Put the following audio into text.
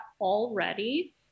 already